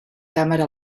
càmera